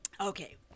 Okay